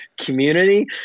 community